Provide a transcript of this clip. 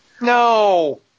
No